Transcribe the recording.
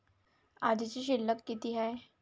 आजची शिल्लक किती हाय?